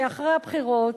שאחרי הבחירות,